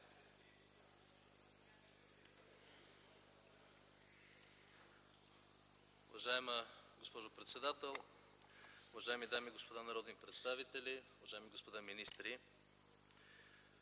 Уважаема госпожо председател, уважаеми дами и господа народни представители, уважаеми колеги министри!